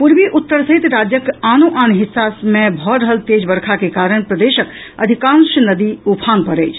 पूर्वी उत्तर सहित राज्यक आनो आन हिस्सा मे भऽ रहल तेज वर्षा के कारण प्रदेशक अधिकांश नदी उफान पर अछि